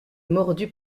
mordu